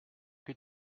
que